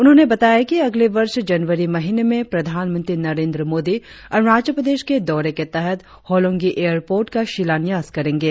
उन्होंने बताया कि अगले वर्ष जनवरी महीने में प्रधानमंत्री नरेंद्र मोदी अरुणाचल प्रदेश के दौरे के तहत होलोंगी एयर पोर्ट का शिलान्यास करेंगे